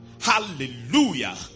Hallelujah